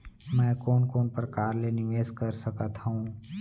मैं कोन कोन प्रकार ले निवेश कर सकत हओं?